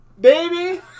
baby